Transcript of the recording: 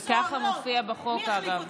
כי ככה מופיע בחוק, אגב.